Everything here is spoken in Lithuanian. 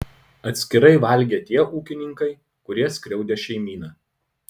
atskirai valgė tie ūkininkai kurie skriaudė šeimyną